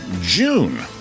june